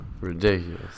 Ridiculous